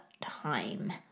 time